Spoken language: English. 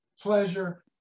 Pleasure